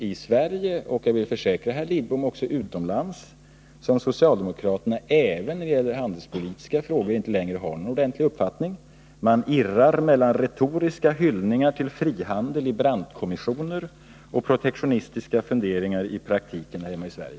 I Sverige och — det vill jag försäkra herr Lidbom — också utomlands tycks man mena att socialdemokraterna inte heller när det gäller handelspolitiska frågor har någon bestämd uppfattning. De irrar mellan retoriska hyllningar om frihandel i Brandtkommissionen och protektionistiska funderingar i praktiken hemma i Sverige.